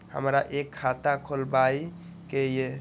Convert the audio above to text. हमरा एक खाता खोलाबई के ये?